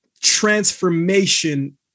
transformation